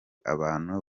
abantu